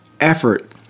effort